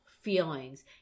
feelings